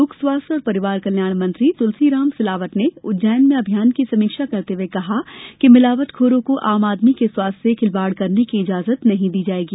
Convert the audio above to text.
लोक स्वास्थ्य और परिवार कल्याण मंत्री तुलसी राम सिलावट ने उज्जैन में अभियान की समीक्षा करते हुये कहा कि मिलावट खोरों को आम आमदी के स्वास्थ्य से खिलवाड़ करने की इजाजत नहीं दी जायेगी